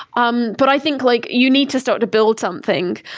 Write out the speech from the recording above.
um but i think like you need to start to build something,